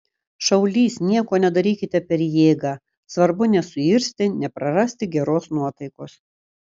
šaulys nieko nedarykite per jėgą svarbu nesuirzti neprarasti geros nuotaikos